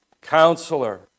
Counselor